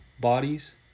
bodies